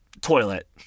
toilet